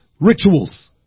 rituals